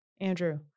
andrew